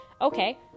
okay